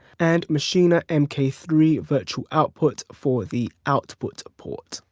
and maschine m k three virtual output for the output port.